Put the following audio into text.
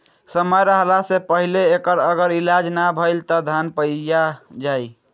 समय रहला से पहिले एकर अगर इलाज ना भईल त धान पइया जाई